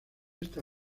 esta